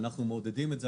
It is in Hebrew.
ואנחנו מעודדים את זה,